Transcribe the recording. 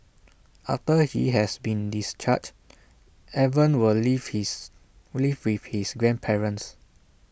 after he has been discharged Evan will live his live with his grandparents